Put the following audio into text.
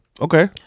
Okay